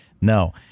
no